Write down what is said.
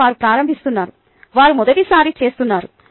కనుక వారు ప్రారంభిస్తున్నారు వారు మొదటిసారి చూస్తున్నారు